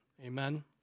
Amen